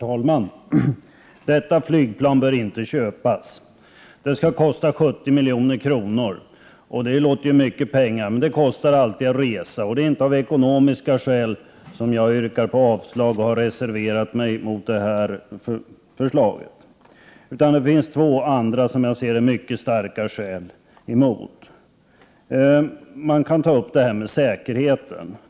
Anslag för anskaffning Herr talman! Detta transportflygplan bör inte köpas. Det skall kosta 70 milj.kr. Det låter ju som mycket pengar. Men det kostar alltid att resa, och det är inte av ekonomiska skäl som jag yrkar på avslag och har reserverat mig mot detta förslag. Det finns två andra, som jag ser det, mycket starka skäl emot. Man kan för det första ta upp detta med säkerheten.